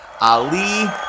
Ali